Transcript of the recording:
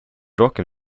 rohkem